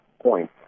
point